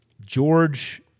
George